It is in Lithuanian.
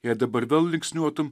ir dabar vėl linksniuotum